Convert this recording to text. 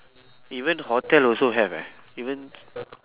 even hotel also have eh even